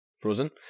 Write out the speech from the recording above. frozen